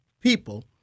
people